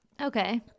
Okay